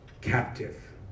captive